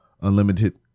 Unlimited